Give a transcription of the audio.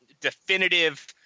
definitive